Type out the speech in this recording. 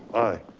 aye,